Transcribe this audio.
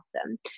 awesome